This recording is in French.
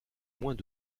moins